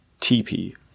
TP